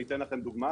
אני אתן לכם דוגמה,